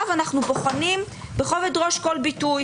ואנחנו בוחנים בכובד ראש כל ביטוי,